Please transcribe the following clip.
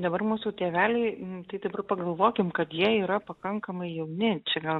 dabar mūsų tėveliai tai dabar pagalvokim kad jie yra pakankamai jauni čia gal